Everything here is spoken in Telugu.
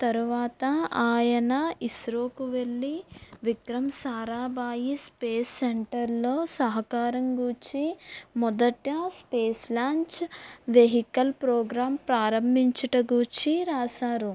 తరువాత ఆయన ఇస్రోకు వెళ్ళి విక్రమ్ సారాభాయి స్పేస్ సెంటర్లో సహకారం గూర్చి మొదట స్పేస్ లాంచ్ వెహికల్ ప్రోగ్రాం ప్రారంభించుట గూర్చి రాశారు